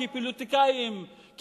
כפוליטיקאים,